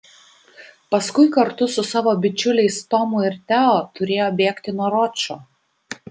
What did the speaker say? paskui kartu su savo bičiuliais tomu ir teo turėjo bėgti nuo ročo